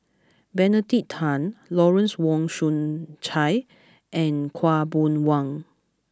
Benedict Tan Lawrence Wong Shyun Tsai and Khaw Boon Wan